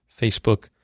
Facebook